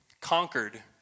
conquered